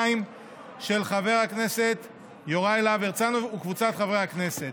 של חבר הכנסת יוראי להב הרצנו וקבוצת חברי הכנסת.